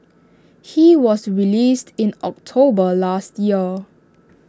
he was released in October last year